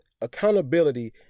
accountability